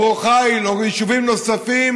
ברור חיל ויישובים נוספים